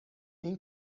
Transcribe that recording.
این